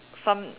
some